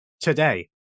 today